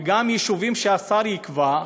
וגם יישובים שהשר יקבע,